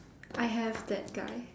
I have that guy